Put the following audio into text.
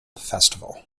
festival